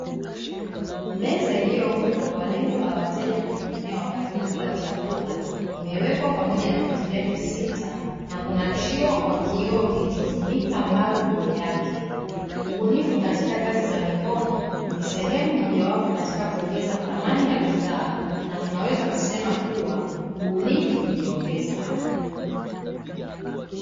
Meza iliyoundwa kwa lengo la wateja kuweza kuzitumia wakati wa kulia chakula, imewekwa pamoja na viti vyake sita na kunakshiwa kwa kioo kilichofunika juu yake. Ibunifu wa mikono ni sehemu moja wapo ya kuongeza thamani za bidhaa na tunaweza kusema kuwa ubunifu ndio pesa.